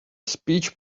speech